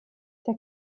der